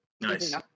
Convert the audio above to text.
Nice